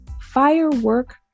firework